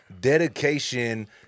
dedication